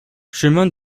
chemin